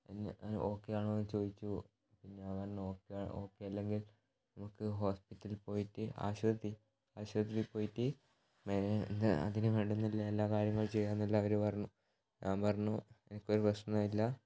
പിന്നെ ഓക്കേ ആണോന്ന് ചോദിച്ചു പിന്നെ ഞാൻ ഓക്കേ അല്ലെങ്കിൽ നമുക്ക് ഹോസ്പിറ്റലിൽ പോയിട്ട് ആശുപത്രീ ആശുപത്രി പോയിട്ട് അതിന് വേണ്ടുന്ന എല്ലാ എല്ലാ കാര്യങ്ങളും ചെയ്യാമെന്നെല്ലാം അവർ പറഞ്ഞു ഞാൻ പറഞ്ഞു എനിക്ക് ഒരു പ്രശ്നം ഇല്ല